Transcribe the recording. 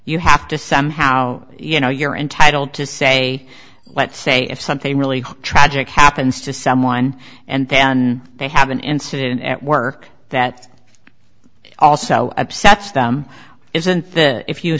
you have to somehow you know you're entitled to say let's say if something really tragic happens to someone and then they have an incident at work that also upsets them isn't if you